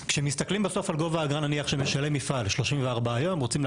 כשמסתכלים בסוף על אגרה בגובה 34,000 שקלים שמשלם מפעל היום,